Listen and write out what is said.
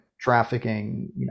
trafficking